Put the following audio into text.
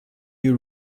you